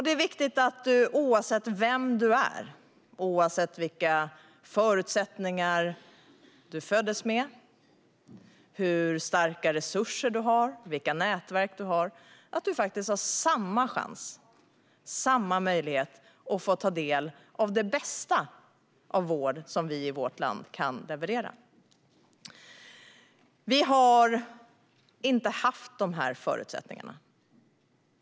Det är viktigt att alla, oavsett vem man är, vilka förutsättningar man har, hur starka resurser man har och vilka nätverk man har, får samma chans att ta del av den bästa vård som vi i vårt land kan leverera. Vi har inte haft dessa förutsättningar.